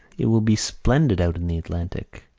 it will be splendid out in the atlantic.